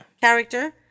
character